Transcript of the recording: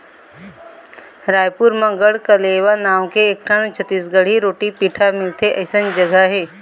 रइपुर म गढ़कलेवा नांव के एकठन छत्तीसगढ़ी रोटी पिठा मिलथे अइसन जघा हे